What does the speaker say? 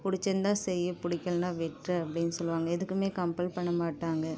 பிடிச்சிருந்தா செய்ய பிடிக்கலன்னா விட்டுரு அப்படின்னு சொல்லுவாங்க எதுக்குமே கம்பல் பண்ண மாட்டாங்கள்